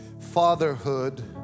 Fatherhood